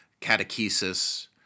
catechesis